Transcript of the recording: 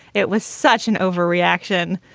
it was such an overreaction.